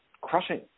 crushing